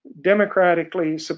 democratically